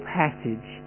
passage